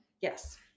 Yes